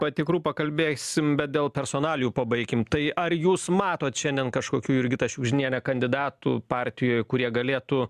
patikrų pakalbėsim bet dėl personalijų pabaikim tai ar jūs matot šiandien kažkokių jurgita šiugždiniene kandidatų partijoj kurie galėtų